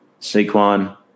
Saquon